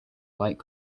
light